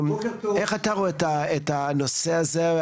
איך אתה רואה את הנושא הזה,